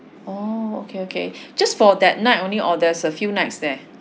oh okay okay just for that night only or there's a few nights there